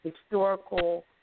historical